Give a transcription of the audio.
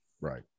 right